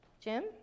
jim